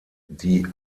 die